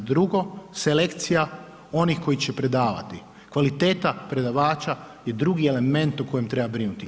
Drugo, selekcija onih koji će predavati, kvaliteta predavača je drugi element o kojem treba brinuti.